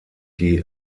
die